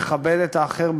לכבד את האחר,